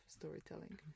storytelling